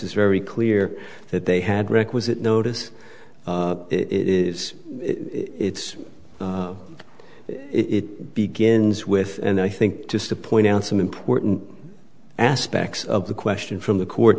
is very clear that they had requisite notice it is it's it begins with and i think just to point out some important aspects of the question from the court